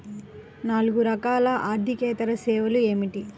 నాలుగు రకాల ఆర్థికేతర సేవలు ఏమిటీ?